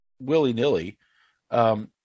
willy-nilly